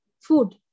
food